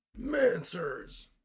Mancers